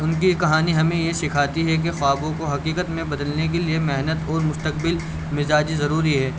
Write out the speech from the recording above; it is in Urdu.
ان کی کہانی ہمیں یہ سکھاتی ہے کہ خوابوں کو حقیقت میں بدلنے کے لیے محنت اور مستقبل مزاجی ضروری ہے